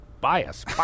bias